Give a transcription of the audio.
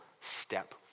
step